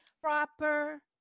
Proper